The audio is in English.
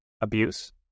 abuse